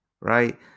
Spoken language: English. right